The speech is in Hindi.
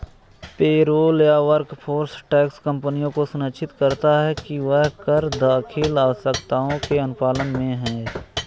पेरोल या वर्कफोर्स टैक्स कंपनियों को सुनिश्चित करता है कि वह कर दाखिल आवश्यकताओं के अनुपालन में है